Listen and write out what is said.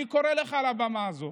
אני קורא לך מעל במה זו